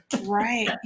Right